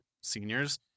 seniors